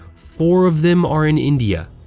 four of them are in india,